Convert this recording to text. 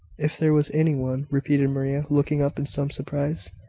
if there was any one! repeated maria, looking up in some surprise.